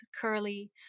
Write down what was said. *Curly*